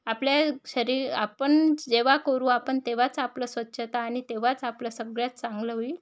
आपल्या शरी आपण जेव्हा करू आपण तेव्हाच आपलं स्वच्छता आणि तेव्हाच आपलं सगळ्यात चांगलं होईल